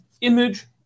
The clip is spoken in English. image